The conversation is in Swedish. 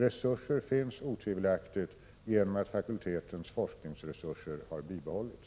Resurser finns otvivelaktigt, genom att fakultetens forskningsresurser har bibehållits.